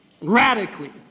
Radically